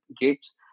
gates